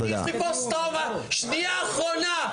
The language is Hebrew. שנייה אחרונה, יש לי פוסט-טראומה.